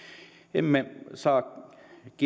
emme saa